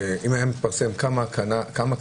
אם היה מתפרסם כמה קנו,